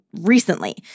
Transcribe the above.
recently